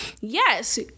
Yes